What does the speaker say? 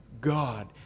God